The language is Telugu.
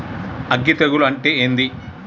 అగ్గి తెగులు అంటే ఏంది?